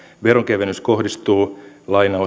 veronkevennys kohdistuu